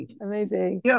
amazing